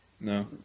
No